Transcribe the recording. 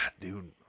dude